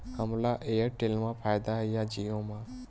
हमला एयरटेल मा फ़ायदा हे या जिओ मा?